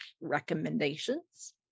recommendations